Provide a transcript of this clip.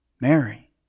Mary